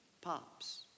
pops